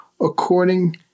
according